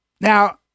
Now